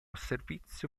servizio